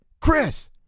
Chris